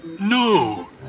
No